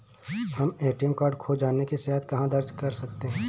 हम ATM card खो जाने की शिकायत कहाँ दर्ज कर सकते हैं?